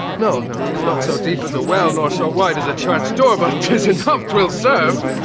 no, no tis not so deep as a well nor so wide as a church door, but tis enough twill serve.